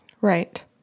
Right